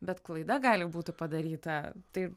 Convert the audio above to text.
bet klaida gali būti padaryta tai